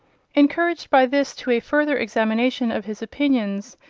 encouraged by this to a further examination of his opinions,